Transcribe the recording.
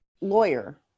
lawyer